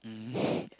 mmhmm